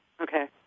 Okay